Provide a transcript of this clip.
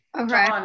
Okay